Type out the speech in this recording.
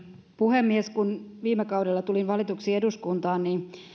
puhemies kun viime kaudella tulin valituksi eduskuntaan